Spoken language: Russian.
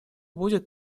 будет